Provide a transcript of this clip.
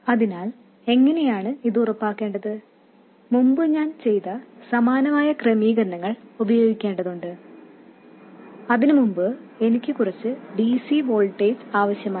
അതിനാൽ എങ്ങനെയാണ് ഇത് ഉറപ്പാക്കേണ്ടത് മുമ്പ് ഞാൻ ചെയ്ത സമാനമായ ക്രമീകരണങ്ങൾ ഉപയോഗിക്കേണ്ടതുണ്ട് അതിനുമുമ്പ് എനിക്ക് കുറച്ച് dc വോൾട്ടേജ് ആവശ്യമാണ്